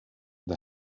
the